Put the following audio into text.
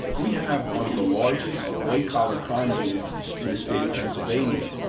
we have one of the largest white collar crime units in the state of pennsylvania.